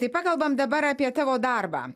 tai pakalbam dabar apie tavo darbą